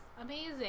Amazing